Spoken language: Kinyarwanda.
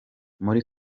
muri